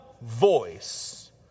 voice